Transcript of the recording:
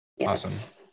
Awesome